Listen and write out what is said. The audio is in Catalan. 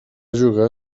jugar